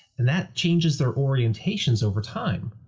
and that changes their orientations over time.